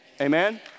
Amen